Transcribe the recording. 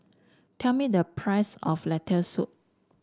tell me the price of Lentil Soup